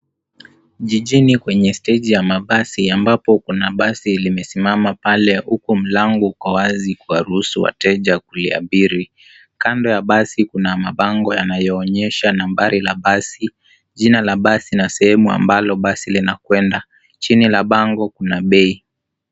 Jijini kwenye steji ya mabasi ambapo kuna basi limesimama pale ambapo mlango uko wazi kuwaruhusu wateja kuliabiri. Kando ya basi kuna mabango yanayoonyesha nambari la basi, jina la basi na sehemu ambalo basi linakwenda. Chini la bango kuna bei.